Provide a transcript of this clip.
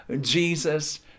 Jesus